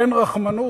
אין רחמנות?